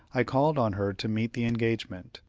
i called on her to meet the engagement.